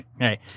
right